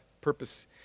purpose